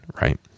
right